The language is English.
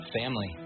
family